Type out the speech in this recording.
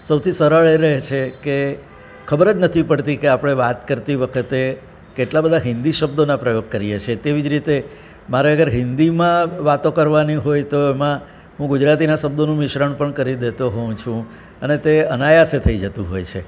સૌથી સરળ એ રહે છે કે ખબર જ નથી પડતી કે આપણે વાત કરતી વખતે કેટલા બધા હિન્દી શબ્દના પ્રયોગ કરીએ છીએ તેવી જ રીતે મારે અગર હિન્દીમાં વાતો કરવાની હોય તો એમાં હું ગુજરાતીના શબ્દોનો મિશ્રણ પણ કરી દેતો હોઉં છું અને તે અનાયાસે થઈ જતું હોય છે